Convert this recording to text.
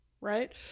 right